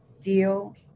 deal